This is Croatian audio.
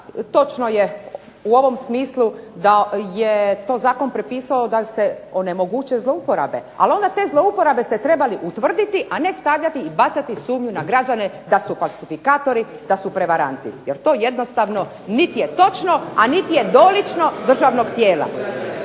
točno je u ovom smislu da je to zakona propisao da se onemoguće zlouporabe, ali onda te zlouporabe ste trebali utvrditi, a ne stavljati i bacati sumnju na građane da su falsifikatori, da su prevaranti jer to jednostavno niti je točno, a niti je dolično državnog tijela.